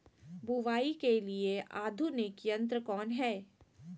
बुवाई के लिए आधुनिक यंत्र कौन हैय?